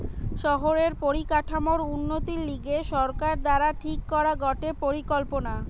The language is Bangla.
শহরের পরিকাঠামোর উন্নতির লিগে সরকার দ্বারা ঠিক করা গটে পরিকল্পনা